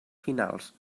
finals